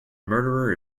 murderer